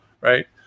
right